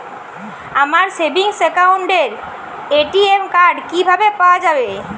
আমার সেভিংস অ্যাকাউন্টের ATM card কিভাবে পাওয়া যাবে?